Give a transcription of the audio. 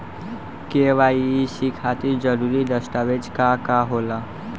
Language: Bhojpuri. के.वाइ.सी खातिर जरूरी दस्तावेज का का होला?